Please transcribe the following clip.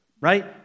right